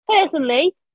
personally